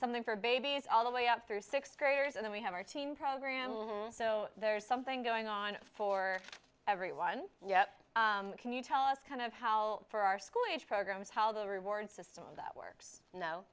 something for babies all the way up through sixth graders and then we have our teen program so there's something going on for everyone yet can you tell us kind of how for our school age programs how the reward system that works